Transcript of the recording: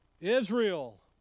Israel